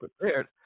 prepared